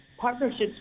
partnerships